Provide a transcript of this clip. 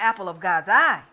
apple of god's eye